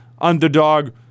underdog